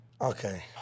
Okay